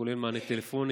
הכולל מענה טלפוני,